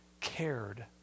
cared